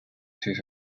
through